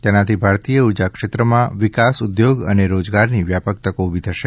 તેનાથી ભારતીય ઉર્જાક્ષેત્રમાં વિકાસ ઉદ્યોગ અને રોજગારની વ્યાપક તકો ઉભી થશે